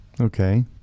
Okay